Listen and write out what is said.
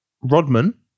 Rodman